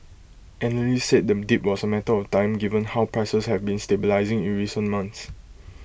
analysts said the dip was A matter of time given how prices have been stabilising in recent months